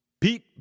Pete